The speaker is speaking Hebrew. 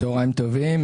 צוהריים טובים.